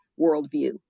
worldview